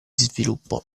sviluppo